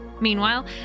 Meanwhile